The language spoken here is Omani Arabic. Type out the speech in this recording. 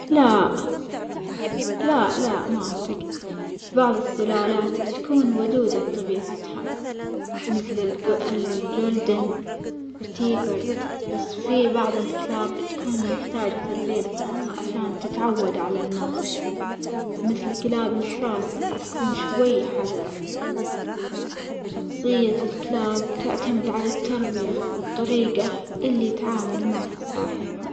لأ لأ لأ ما أعتقد، بعظ السلالات تكون ودودة بطبيعتها، مثل الجو الجولدن وتيفر بس في بعظ الكلاب تكون محتاجة تدريب خاص عشان تتعود على الناس، مثل كلاب الحراسة اللي تكون شوي حذرة، شخصية الكلاب تعتمد على التربية والطريجة اللي يتعامل معها صاحبها.